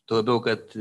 tuo labiau kad